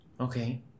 Okay